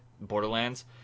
borderlands